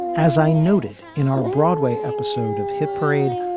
as i noted in our broadway episode of hit parade,